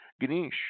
Ganesh